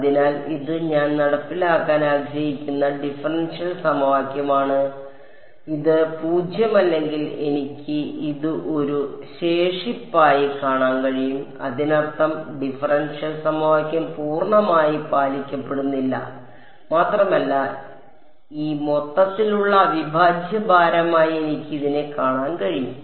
അതിനാൽ ഇത് ഞാൻ നടപ്പിലാക്കാൻ ആഗ്രഹിക്കുന്ന ഡിഫറൻഷ്യൽ സമവാക്യമാണ് അതിനാൽ ഇത് പൂജ്യമല്ലെങ്കിൽ എനിക്ക് ഇത് ഒരു ശേഷിപ്പായി കാണാൻ കഴിയും അതിനർത്ഥം ഡിഫറൻഷ്യൽ സമവാക്യം പൂർണ്ണമായി പാലിക്കപ്പെടുന്നില്ല മാത്രമല്ല ഈ മൊത്തത്തിലുള്ള അവിഭാജ്യ ഭാരമായി എനിക്ക് ഇതിനെ കാണാൻ കഴിയും